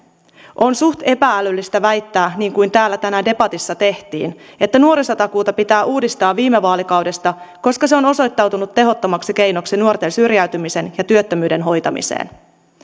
on suht epä älyllistä väittää niin kuin täällä tänään debatissa tehtiin että nuorisotakuuta pitää uudistaa viime vaalikaudesta koska se on osoittautunut tehottomaksi keinoksi nuorten syrjäytymisen ja työttömyyden hoitamiseen